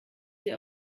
sie